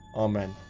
amen.